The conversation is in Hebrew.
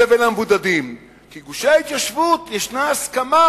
לבין המבודדים, כי גושי ההתיישבות, ישנה הסכמה